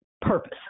purpose